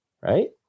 right